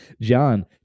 John